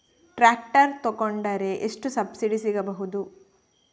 Tractor ತೊಕೊಂಡರೆ ಎಷ್ಟು subsidy ಸಿಗಬಹುದು?